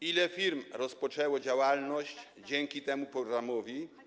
Ile firm rozpoczęło działalność dzięki temu programowi?